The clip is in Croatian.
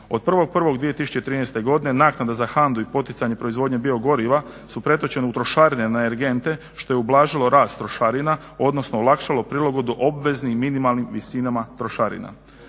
Od 1.1.2013. naknada za HANDA-u i poticanje proizvodnje biogoriva su pretočene u trošarine na energente što je ublažilo rast trošarina, odnosno olakšalo prilagodbu obveznim i minimalnim visinama trošarina.